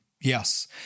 Yes